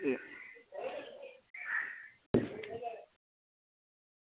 एह्